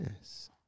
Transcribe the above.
Yes